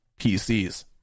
PCs